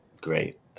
great